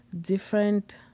different